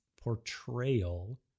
portrayal